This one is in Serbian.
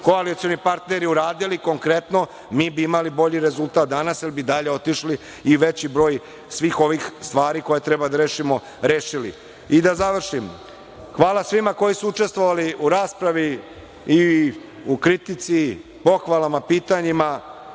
koalicioni partneri uradili konkretno, mi bi imali bolji rezultat danas, jer bi dalje otišli i veći broj svih ovih stvari koje treba da rešimo rešili. Da završim, hvala svima koji su učestvovali u raspravi i u kritici, pohvalama, pitanjima.